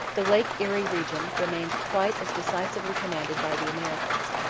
the lake erie region remained quite as decisively commanded by the americans.